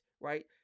right